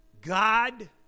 God